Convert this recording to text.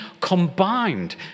combined